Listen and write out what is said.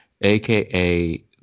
aka